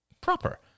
proper